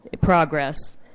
progress